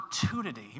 opportunity